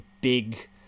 big